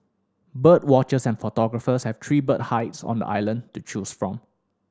bird watchers and photographers have three bird hides on the island to choose from